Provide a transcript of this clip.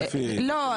לא,